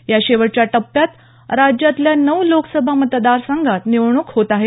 या शेवटच्या टप्प्यात राज्यातल्या नऊ लोकसभा मतदारसंघात निवडणूक होत आहे